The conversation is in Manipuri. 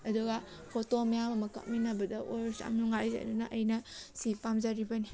ꯑꯗꯨꯒ ꯐꯣꯇꯣ ꯃꯌꯥꯝ ꯑꯃ ꯀꯥꯞꯃꯤꯟꯅꯕꯗ ꯑꯣꯏꯔꯁꯨ ꯌꯥꯝ ꯅꯨꯡꯉꯥꯏꯖꯩ ꯑꯗꯨꯅ ꯑꯩꯅ ꯁꯤ ꯄꯥꯝꯖꯔꯤꯕꯅꯤ